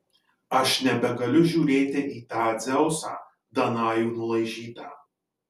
aš nebegaliu žiūrėti į tą dzeusą danajų nulaižytą